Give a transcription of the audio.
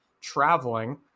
traveling